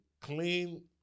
clean